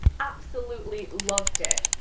absolutely love it.